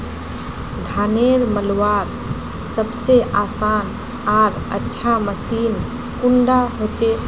धानेर मलवार सबसे आसान आर अच्छा मशीन कुन डा होचए?